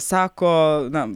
sako na